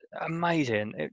Amazing